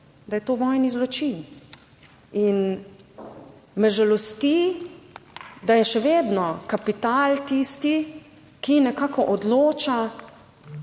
da je to vojni zločin. Me žalosti, da je še vedno kapital tisti, ki nekako odloča